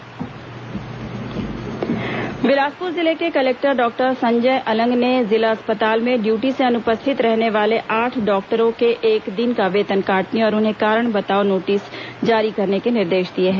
doctor कारण बताओ notice Bilaspur जिले के कलेक्टर डॉक्टर संजय अलंग ने जिला अस्पताल में ड्यूटी से अनुपस्थित रहने वाले आठ डॉक्टरों के एक दिन का वेतन काटने और उन्हें कारण बताओ नोटिस जारी करने के निर्देश दिए हैं